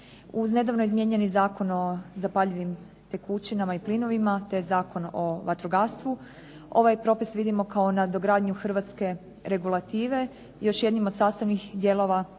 Uz nedavno izmijenjeni Zakon o zapaljivim tekućinama i plinovima, te Zakon o vatrogastvu, ovaj propis vidimo kao nadogradnju hrvatske regulative, još jednim od sastavnih dijelova